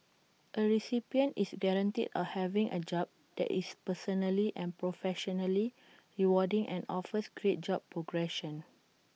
A recipient is guaranteed of having A job that is personally and professionally rewarding and offers great job progression